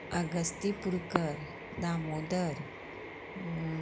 Agastipurkar Damodar